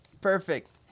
Perfect